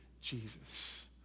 Jesus